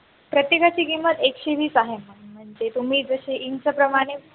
प्रत्येकाची किंमत एकशे वीस आहे म म्हणजे तुम्ही जसे इंचप्रमाणे